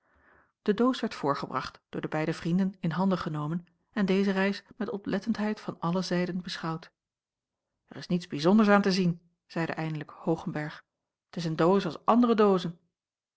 de doos werd voorgebracht door de beide vrienden in handen genomen en deze reis met oplettendheid van alle zijden beschouwd er is niets bijzonders aan te zien zeide eindelijk hoogenberg t is een doos als andere doozen